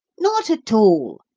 not at all,